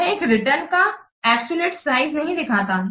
यह एक रिटर्नका एबसॉल्यूट साइज नहीं दिखाता है